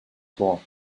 vor